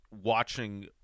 watching